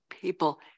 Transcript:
people